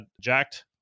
jacked